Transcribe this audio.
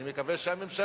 אני מקווה שהממשלה,